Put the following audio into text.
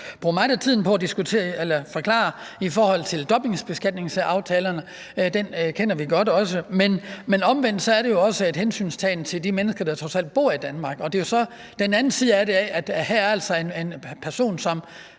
brugt meget af tiden på at forklare i forhold til dobbeltbeskatningsaftalerne. Den kender vi godt. Men omvendt er det jo også en hensyntagen til de mennesker, der trods alt bor i Danmark, og den ene anden side af det er, at der her altså er en person, som